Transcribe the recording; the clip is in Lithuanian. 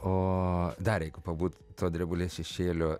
o dar jeigu pabūt to drebulės šešėlio